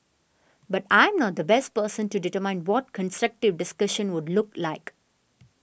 but I am not the best person to determine what constructive discussion would look like